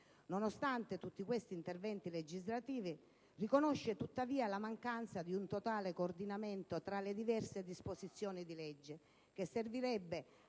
Nonostante tutti questi interventi legislativi, si riconosce tuttavia la mancanza di un totale coordinamento tra le diverse disposizioni di legge, che servirebbe a